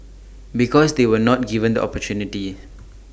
because they were not given the opportunity